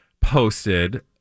posted